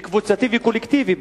קבוצתי וקולקטיבי,